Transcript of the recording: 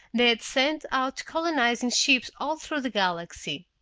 they had sent out colonizing ships all through the galaxy.